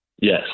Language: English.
Yes